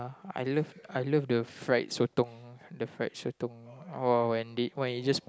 I love I love the fried sotong the fried sotong !wow! when they when it just